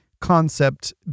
concept